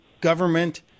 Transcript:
government